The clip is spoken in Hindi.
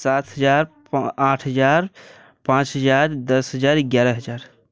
सात हज़ार प आठ हज़ार पांच हज़ार दस हज़ार ग्यारह हज़ार